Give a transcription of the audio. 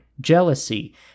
jealousy